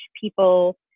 people